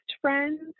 friends